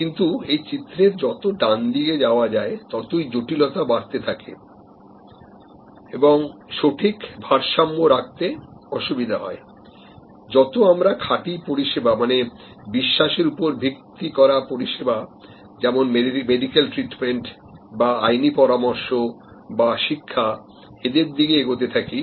কিন্তু এই চিত্রের যত ডানদিকে যাওয়া যায় ততই জটিলতা বাড়তে থাকে এবং সঠিক ভারসাম্য রাখতে অসুবিধা হয় যত আমরা খাঁটি পরিষেবা মানে বিশ্বাসের উপর ভিত্তি করা পরিষেবা যেমন মেডিকেল ট্রিটমেন্ট বা আইনি পরামর্শ বা শিক্ষা এদের দিকে এগোতে থাকি